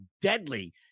deadly